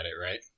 right